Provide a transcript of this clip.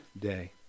day